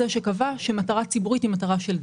לאור מה ששמעת פה.